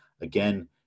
again